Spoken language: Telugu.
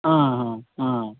ఆహా